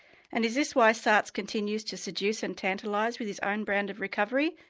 and is this why szasz continues to seduce and tantalise with his own brand of recovery?